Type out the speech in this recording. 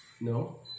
No